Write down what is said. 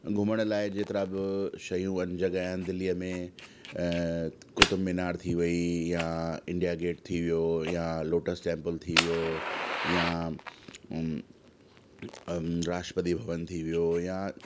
घुमण लाइ जेतिरा बि शयूं आहिनि जॻहियूं आहिनि दिल्लीअ में क़ुतुबु मिनार थी वई या इंडिया गेट थी वियो या लोतस टैम्पल थी वियो या राष्ट्र्पति भवन थी वियो या